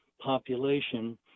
population